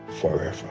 forever